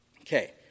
Okay